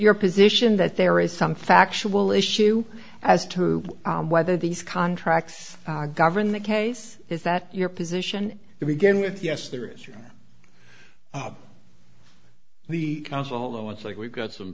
your position that there is some factual issue as to whether these contracts govern the case is that your position to begin with yes there is room in the council though it's like we've got some